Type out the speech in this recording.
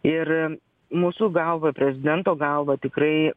ir mūsų galva ir prezidento galva tikrai